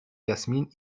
jasmin